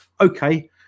okay